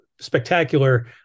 spectacular